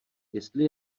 jestli